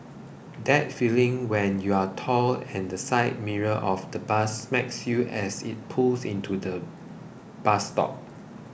that feeling when you're tall and the side mirror of the bus smacks you as it pulls into the bus stop